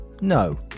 no